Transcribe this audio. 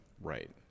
Right